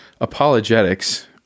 apologetics